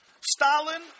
Stalin